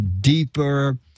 deeper